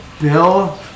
Bill